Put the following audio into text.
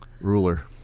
ruler